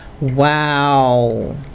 Wow